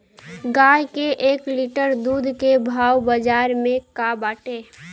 गाय के एक लीटर दूध के भाव बाजार में का बाटे?